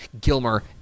Gilmer